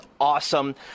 awesome